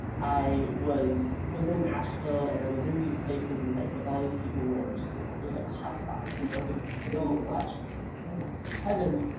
i was was in asheville and i was in these places and like with all these people where it was just like. it was like a hot spot you know? there was so much, i was like and this is like heaven.